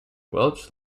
welch